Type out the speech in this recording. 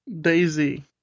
Daisy